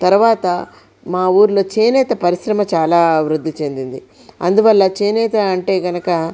తర్వాత మా ఊర్లో చేనేత పరిశ్రమ చాలా అభివృద్ధి చెందింది అందువల్ల చేనేత అంటే గనక